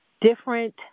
different